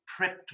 prepped